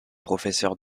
professeur